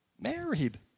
married